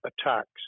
attacks